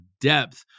depth